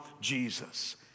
Jesus